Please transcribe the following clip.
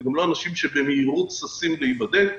וגם לא אנשים שבמהירות ששים להיבדק.